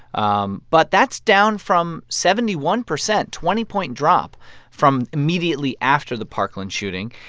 um but that's down from seventy one percent twenty point drop from immediately after the parkland shooting.